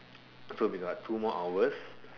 so we got two more hours